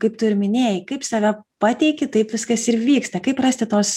kaip tu ir minėjai kaip save pateiki taip viskas ir vyksta kaip rasti tos